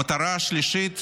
המטרה השלישית